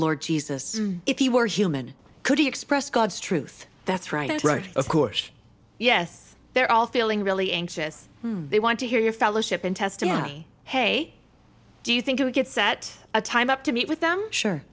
lord jesus if he were human could he express god's truth that's right and right of course yes they're all feeling really anxious they want to hear your fellowship and testify hey do you think you would get set a time up to meet with them sure